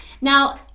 Now